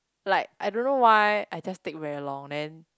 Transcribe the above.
like I don't know why I just take very long then